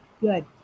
Good